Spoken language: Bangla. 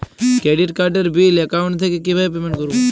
ক্রেডিট কার্ডের বিল অ্যাকাউন্ট থেকে কিভাবে পেমেন্ট করবো?